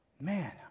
Man